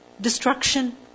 destruction